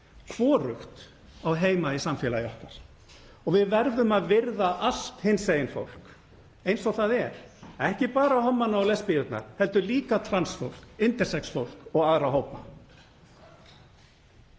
Hvorugt á heima í samfélagi okkar. Við verðum að virða allt hinsegin fólk eins og það er, ekki bara hommana og lesbíurnar heldur líka trans fólk og intersex fólk og aðra hópa.